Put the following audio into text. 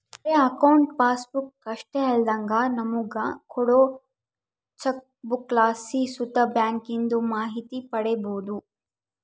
ಬರೇ account passbook ಅಷ್ಟೇ ಅಲ್ದಂಗ ನಮುಗ ಕೋಡೋ ಚೆಕ್ಬುಕ್ಲಾಸಿ ಸುತ ಬ್ಯಾಂಕಿಂದು ಮಾಹಿತಿ ಪಡೀಬೋದು